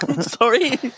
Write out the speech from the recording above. Sorry